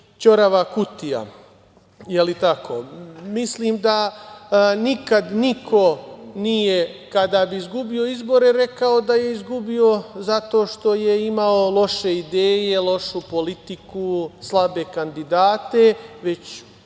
"ćorava kutija".Mislim da nikad niko nije, kada bi izgubio izbore, rekao da je izgubio zato što je imao loše ideje, lošu politiku, slabe kandidate, već